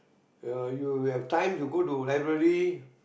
ya you have time you go to library